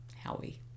Howie